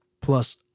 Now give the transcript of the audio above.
Plus